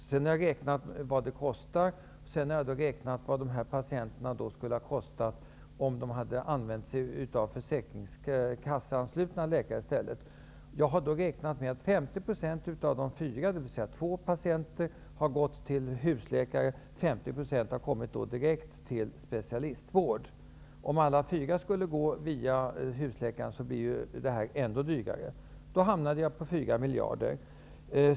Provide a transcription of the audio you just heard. Därefter har jag räknat ut vad det kostar och vad dessa patienter skulle ha kostat om de i stället hade använt sig av försäkringskasseanslutna läkare. Då har jag räknat med att 50 % av de fyra patienterna, dvs. två, har gått till husläkare och att 50 % har gått direkt till en specialist. Om alla fyra skulle gå genom husläkare blir detta ännu dyrare. Jag hamnade på 4 miljarder kronor.